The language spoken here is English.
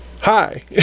hi